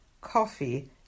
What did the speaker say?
Coffee